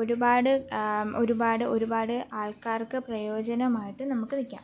ഒരുപാട് ഒരുപാട് ഒരുപാട് ആൾക്കാർക്ക് പ്രയോജനമായിട്ട് നമുക്ക് നിൽക്കാം